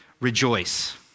rejoice